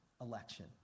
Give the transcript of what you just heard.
election